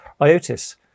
IOTIS